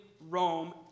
Rome